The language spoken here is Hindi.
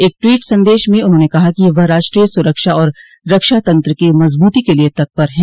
एक ट्वोट संदेश में उन्होंने कहा कि वह राष्ट्रीय सुरक्षा और रक्षा तंत्र की मजबूती के लिए तत्पर हैं